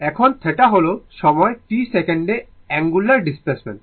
এখন θ হল সময় t সেকেন্ডে অঙ্গুলার ডিসপ্লেসমেন্ট